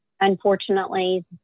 Unfortunately